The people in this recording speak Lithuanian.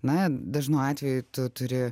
na dažnu atveju tu turi